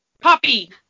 poppy